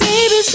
Baby